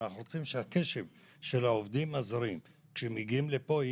אנחנו רוצים שהקשב של העובדים הזרים שמגיעים לפה,